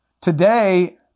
Today